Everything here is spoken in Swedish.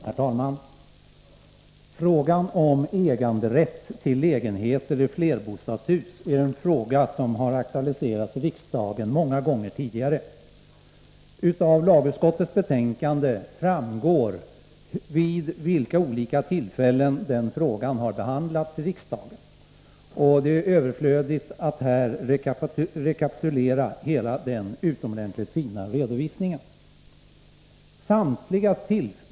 Herr talman! Frågan om äganderätt till lägenheter i flerbostadshus är en fråga som har aktualiserats i riksdagen många gånger tidigare. Av lagutskottets betänkande framgår vid vilka olika tillfällen denna fråga har behandlats i riksdagen, och det är överflödigt att här rekapitulera hela denna utomordentligt fina redovisning.